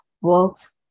works